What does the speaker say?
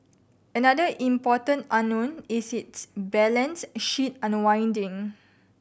another important unknown is its balance sheet unwinding